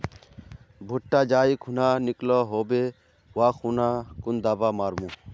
भुट्टा जाई खुना निकलो होबे वा खुना कुन दावा मार्मु?